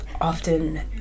often